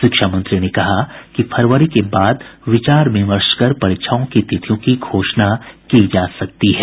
शिक्षा मंत्री ने कहा कि फरवरी के बाद विचार विमर्श कर परीक्षाओं की तिथियों की घोषणा की जा सकती है